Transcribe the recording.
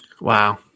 Wow